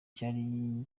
cyari